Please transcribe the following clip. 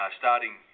starting